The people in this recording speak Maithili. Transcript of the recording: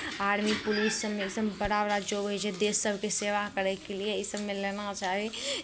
आर्मी पुलिस सभमे एहि सभमे बड़ा बड़ा जॉब होइ छै देश सभके सेवा करयके लिए इसभमे लेना चाही